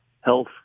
health